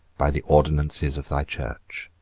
by the ordinances of thy church.